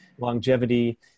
longevity